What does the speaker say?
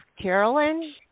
Carolyn